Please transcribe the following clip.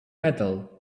metal